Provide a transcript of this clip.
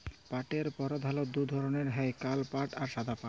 পাটের পরধালত দু ধরলের হ্যয় কাল পাট আর সাদা পাট